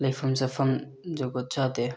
ꯂꯩꯐꯝ ꯆꯥꯐꯝ ꯖꯨꯒꯣꯠ ꯆꯥꯗꯦ